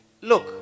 Look